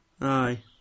aye